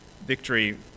victory